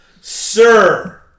Sir